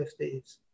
50s